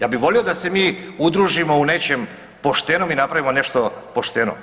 Ja bi volio da se mi udružimo u nečem poštenom i napravimo nešto pošteno.